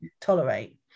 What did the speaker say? tolerate